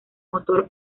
motor